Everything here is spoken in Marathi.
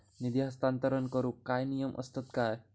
निधी हस्तांतरण करूक काय नियम असतत काय?